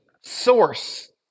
source